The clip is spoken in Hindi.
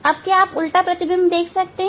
क्या आप उल्टा प्रतिबिंब देख सकते हैं